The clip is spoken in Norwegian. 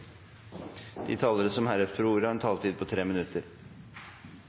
De talere som heretter får ordet, har en taletid på inntil 3 minutter.